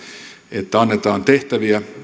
että annetaan tehtäviä